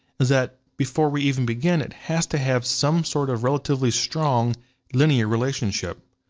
is that before we even begin, it has to have some sort of relatively strong linear relationship.